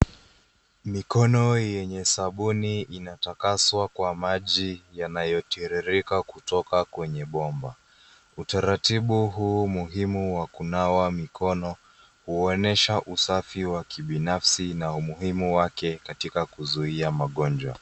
Mikono yenye sabuni inatakaswa kwa maji yanayotiririka kutoka kwenye bomba. Utaratibu huu muhimu wa kunawa mikono huonyesha usafi wa kibinafsi na umuhimu wake katika kuzuia magonjwa.